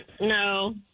no